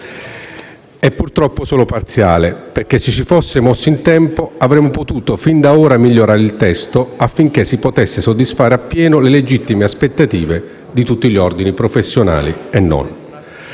è purtroppo solo parziale perché, se ci si fosse mossi in tempo, avremmo potuto fin da ora migliorare il testo affinché potesse soddisfare a pieno le legittime aspettative di tutti gli ordini professionali e non.